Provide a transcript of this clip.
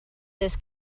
this